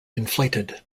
inflated